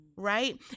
right